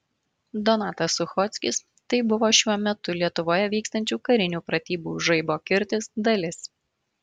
donatas suchockis tai buvo šiuo metu lietuvoje vykstančių karinių pratybų žaibo kirtis dalis